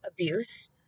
abuse